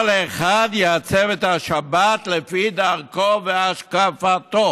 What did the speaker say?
כל אחד יעצב את השבת לפי דרכו והשקפתו.